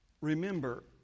remember